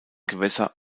gewässer